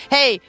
Hey